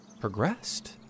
progressed